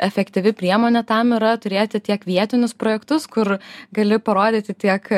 efektyvi priemonė tam yra turėti tiek vietinius projektus kur gali parodyti tiek